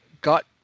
got